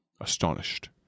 Astonished